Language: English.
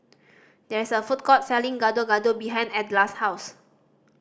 there is a food court selling Gado Gado behind Edla's house